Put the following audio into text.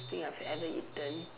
thing I've ever eaten